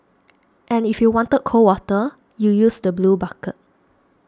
and if you wanted cold water you use the blue bucket